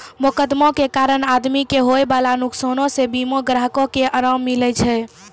मोकदमा के कारण आदमी के होयबाला नुकसानो से बीमा ग्राहको के अराम मिलै छै